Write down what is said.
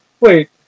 wait